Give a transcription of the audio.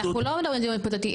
אנחנו לא מדברים דיון היפותטי,